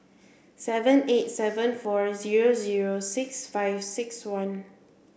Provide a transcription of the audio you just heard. seven eight seven four zero zero six five six one